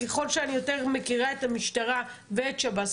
ככל שאני יותר מכירה את המשטרה ואת שב"ס,